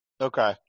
okay